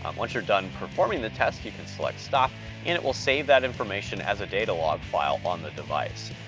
um once you're done performing the test, you can select stop and it will save that information as a data log file on the device.